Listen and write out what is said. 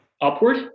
upward